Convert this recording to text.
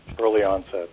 early-onset